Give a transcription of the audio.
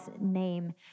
name